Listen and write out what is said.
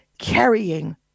Carrying